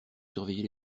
surveiller